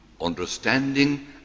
understanding